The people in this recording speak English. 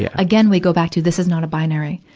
yeah again, we go back to, this is not a binary.